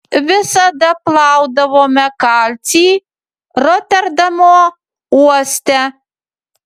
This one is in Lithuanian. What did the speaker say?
visada plaudavome kalcį roterdamo uoste